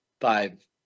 five